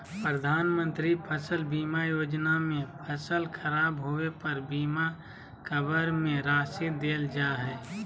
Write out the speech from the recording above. प्रधानमंत्री फसल बीमा योजना में फसल खराब होबे पर बीमा कवर में राशि देल जा हइ